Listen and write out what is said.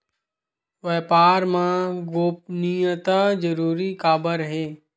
व्यापार मा गोपनीयता जरूरी काबर हे?